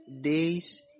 days